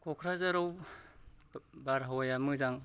क'क्राझाराव बारहावाया मोजां